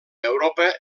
europa